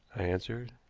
i answered.